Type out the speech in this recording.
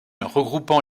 regroupant